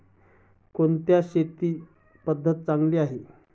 कोणती शेती पद्धती चांगली आहे?